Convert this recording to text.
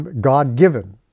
God-given